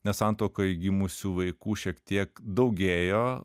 ne santuokoj gimusių vaikų šiek tiek daugėjo